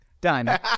Done